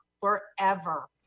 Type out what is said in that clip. forever